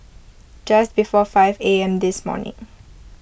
just before five A M this morning